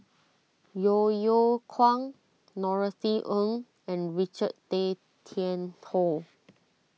Yeo Yeow Kwang Norothy Ng and Richard Tay Tian Hoe